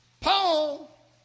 Paul